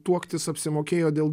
tuoktis apsimokėjo dėl